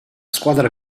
squadra